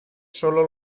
sólo